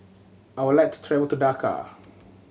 I would like to travel to Dhaka